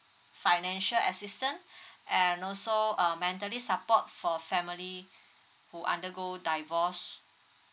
financial assistance and also uh mentally support for family who undergo divorce